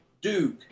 Duke